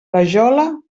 rajola